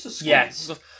Yes